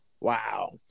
wow